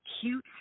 cute